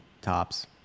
tops